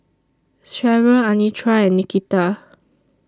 Sherryl Anitra and Nikita